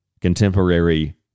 contemporary